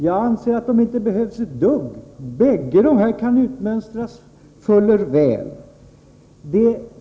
Jag anser inte alls att det behövs några föreskrifter här. Man kan i båda fallen fuller väl mönstra ut föreskrifterna.